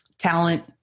Talent